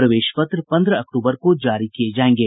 प्रवेश पत्र पंद्रह अक्टूबर को जारी किये जायेंगे